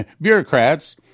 bureaucrats